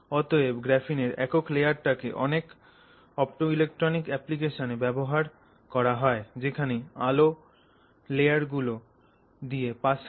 অতএব গ্রাফিনের একক লেয়ারটাকে অনেক অপটোইলেক্ট্রনিক অ্যাপ্লিকেশন এ ব্যবহার করা হয় যেখানে আলো লেয়ার গুলো দিয়ে পাস করে